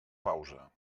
pausa